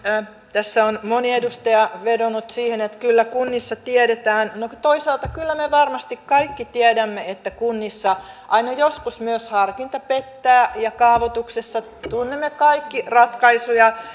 tässä on moni edustaja vedonnut siihen että kyllä kunnissa tiedetään no toisaalta kyllä me varmasti kaikki tiedämme että kunnissa aina joskus myös harkinta pettää ja kaavoituksessa tunnemme kaikki ratkaisuja